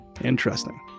interesting